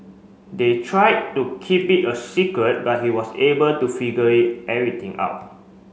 they tried to keep it a secret but he was able to figure it everything out